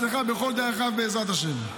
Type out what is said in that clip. יישר כוח, ושיהיה לו בהצלחה בכל דרכיו, בעזרת השם.